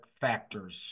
factors